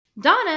Donna